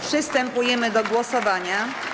Przystępujemy do głosowania.